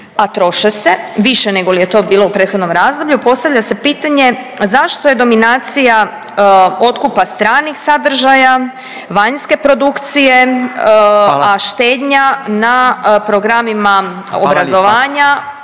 a troše se više negoli je to bilo u prethodnom razdoblju postavlja se pitanje zašto je dominacija otkupa stranih sadržaja, vanjske produkcije … …/Upadica Furio Radin: Hvala./…